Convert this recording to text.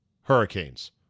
hurricanes